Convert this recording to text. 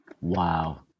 wow